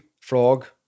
frog